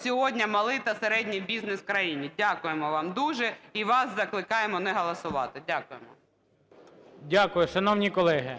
сьогодні малий та середній бізнес в країні. Дякуємо вам дуже. І вас закликаємо не голосувати. Дякуємо. ГОЛОВУЮЧИЙ. Дякую. Шановні колеги,